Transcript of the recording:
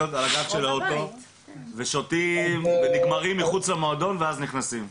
של האוטו ושותים ונגמרים מחוץ למועדון ואז נכנסים.